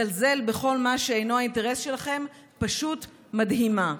לזלזל בכל מה שאינו האינטרס שלכם פשוט מדהימה.